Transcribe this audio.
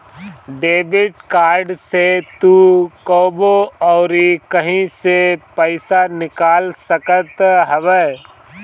debit card से तू कबो अउरी कहीं से पईसा निकाल सकत हवअ